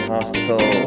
Hospital